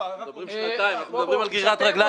החוק זה תרתי דה סתרי.